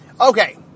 Okay